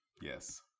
Yes